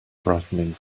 brightening